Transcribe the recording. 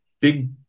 big